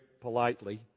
politely